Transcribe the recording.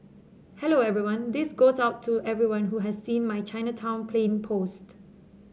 hello everyone this goes out to everyone who has seen my Chinatown plane post